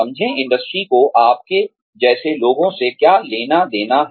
समझें इंडस्ट्री को आपके जैसे लोगों से क्या लेना देना है